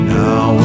now